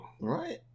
Right